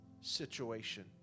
situation